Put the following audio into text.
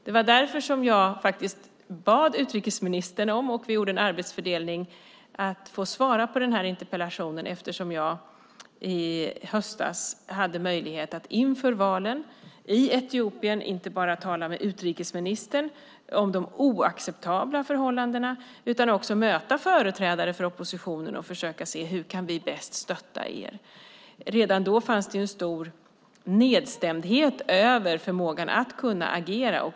Det var därför jag bad utrikesministern om att få svara på interpellationen. Vi gjorde en sådan arbetsfördelning eftersom jag i höstas hade möjlighet att inför valen i Etiopien inte bara tala med utrikesministern om de oacceptabla förhållandena utan också möta företrädare för oppositionen och försöka se hur vi bäst kan stötta den. Redan då fanns en stor nedstämdhet över förmågan att agera.